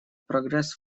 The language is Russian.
прогресс